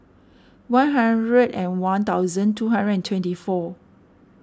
one hundred and one thousand two hundred and twenty four